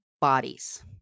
bodies